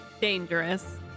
dangerous